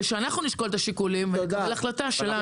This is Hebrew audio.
ושאנחנו נשקול את השיקולים ונקבל החלטה שלנו.